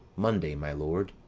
monday, my lord.